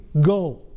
go